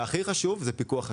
והכי חשוב זה פיקוח השוק.